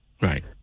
Right